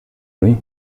oui